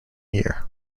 year